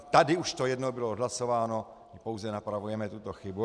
Tady už to jednou bylo odhlasováno a pouze napravujeme tuto chybu.